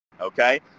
okay